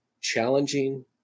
challenging